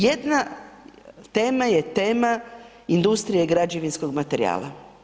Jedna tema je tema industrije i građevinskog materijala.